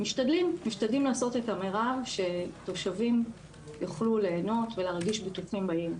משתדלים לעשות את המרב כדי שהתושבים יוכלו ליהנות ולהרגיש בטוחים בעיר.